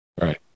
right